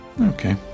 Okay